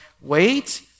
wait